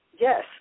yes